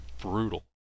brutal